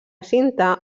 cinta